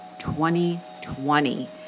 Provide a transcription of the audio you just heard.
2020